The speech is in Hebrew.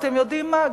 ואתם יודעים מה,